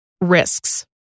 Risks